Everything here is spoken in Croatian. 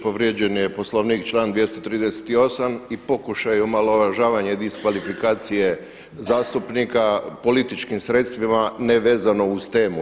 Povrijeđen je Poslovnik član 238. i pokušaj omalovažavanja i diskvalifikacije zastupnika političkim sredstvima ne vezano uz temu.